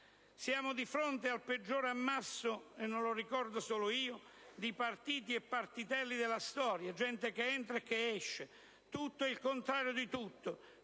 Siamo di fronte al peggior ammasso - e non lo ricordo solo io - di partiti e partitelli della storia, gente che entra e che esce, tutto e il contrario di tutto.